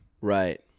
Right